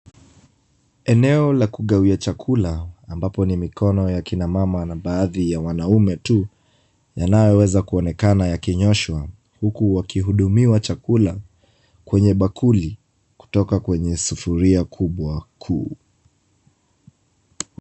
Eneo la kugawia chakula ambapo ni mikono ya kina mama na baadhi ya wanaume tu. Yanaoweza kuonekana yakinyooshwa huku wakihudumiwa chakula kwenye bakuli kutoka kwenye sufuria moja kuu.